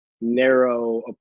narrow